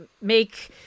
make